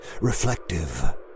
reflective